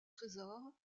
trésors